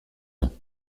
ans